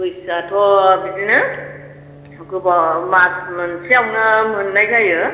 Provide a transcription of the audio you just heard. बैसोआथ' बिदिनो गोबाव मास मोनसेआवनो मोननाय जायो